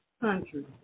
country